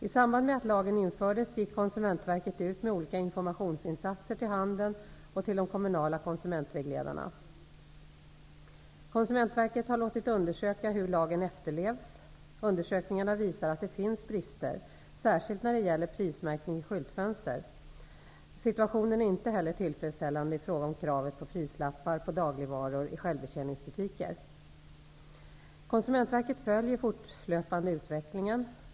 I samband med att lagen infördes gick Konsumentverket ut med olika informationsinsatser till handeln och till de kommunala konsumentvägledarna. Konsumentverket har låtit undersöka hur lagen efterlevs. Undersökningarna visar att det finns brister, särskilt när det gäller prismärkning i skyltfönster. Situationen är inte heller tillfredsställande i fråga om kravet på prislappar på dagligvaror i självbetjäningsbutiker. Konsumentverket följer fortlöpande utvecklingen.